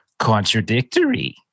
Contradictory